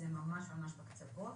זה ממש בקצוות.